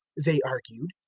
they argued,